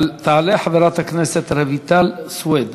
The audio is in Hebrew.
תעלה חברת הכנסת רויטל סוֵיד,